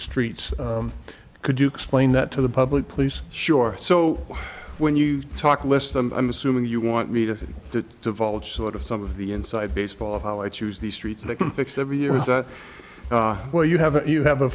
streets could you explain that to the public please sure so when you talk less them i'm assuming you want me to divulge sort of some of the inside baseball of how i choose the streets they can fix every year is that where you have you have a